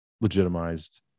legitimized